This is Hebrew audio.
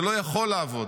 זה לא יכול לעבוד.